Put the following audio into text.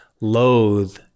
loathe